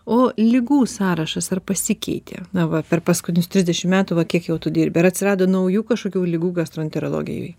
o ligų sąrašas ar pasikeitė na va per paskutinius trisdešim metų va kiek jau tu dirbi ar atsirado naujų kažkokių ligų gastroenterologijoj